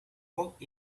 work